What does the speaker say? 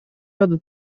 рады